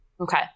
Okay